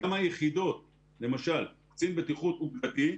גם היחידות, למשל קצין בטיחות אוגדתי,